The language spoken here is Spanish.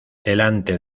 delante